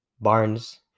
Barnes